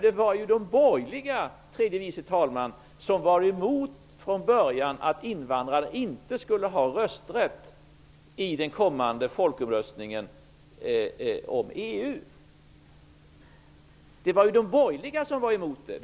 Det var ju de borgerliga, tredje vice talman, som från början var emot att invandrarna skulle ha rösträtt i den kommande folkomröstningen om EU. Det var de borgerliga som var emot detta.